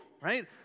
right